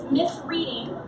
misreading